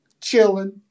chilling